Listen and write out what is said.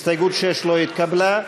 הסתייגות 6 לא התקבלה.